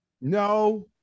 No